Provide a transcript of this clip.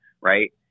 right